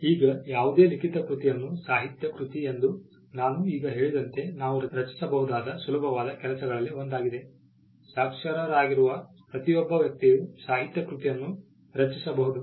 ಈಗ ಯಾವುದೇ ಲಿಖಿತ ಕೃತಿಯನ್ನು ಸಾಹಿತ್ಯ ಕೃತಿ ಎಂದು ನಾನು ಈಗ ಹೇಳಿದಂತೆ ನಾವು ರಚಿಸಬಹುದಾದ ಸುಲಭವಾದ ಕೆಲಸಗಳಲ್ಲಿ ಒಂದಾಗಿದೆ ಸಾಕ್ಷರರಾಗಿರುವ ಪ್ರತಿಯೊಬ್ಬ ವ್ಯಕ್ತಿಯು ಸಾಹಿತ್ಯ ಕೃತಿಯನ್ನು ರಚಿಸಬಹುದು